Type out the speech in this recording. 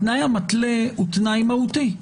התנאי המתלה הוא תנאי מהותי.